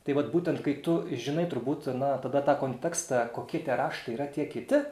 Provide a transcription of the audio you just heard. tai vat būtent kai tu žinai turbūt na tada tą kontekstą kokie tie raštai yra tie kiti